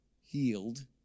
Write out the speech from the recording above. healed